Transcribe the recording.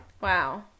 Wow